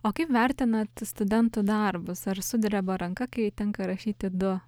o kaip vertinat studentų darbus ar sudreba ranka kai tenka rašyti du